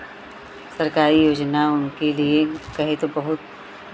सरकारी योजना उनके लिए कहे तो बहुत